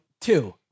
two